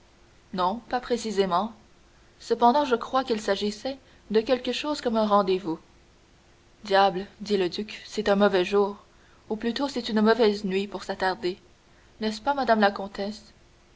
non pas précisément cependant je crois qu'il s'agissait de quelque chose comme un rendez-vous diable dit le duc c'est un mauvais jour ou plutôt c'est une mauvaise nuit pour s'attarder n'est-ce pas madame la comtesse